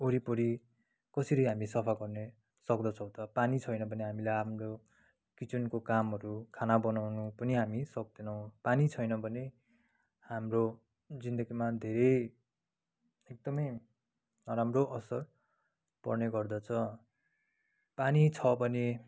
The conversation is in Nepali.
ओरिपरि कसरी हामी सफा गर्ने सक्दछौँ त पानी छैन भने हामीले हाम्रो किचनको कामहरू खाना बनाउनु पनि हामी सक्दैनौँ पानी छैन भने हाम्रो जिन्दगीमा धेरै एकदमै नराम्रो असर पर्ने गर्दछ पानी छ भने